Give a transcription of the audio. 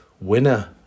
winner